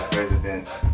Presidents